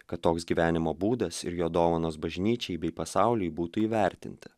kad toks gyvenimo būdas ir jo dovanos bažnyčiai bei pasauliui būtų įvertinti